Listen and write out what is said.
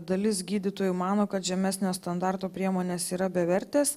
dalis gydytojų mano kad žemesnio standarto priemonės yra bevertės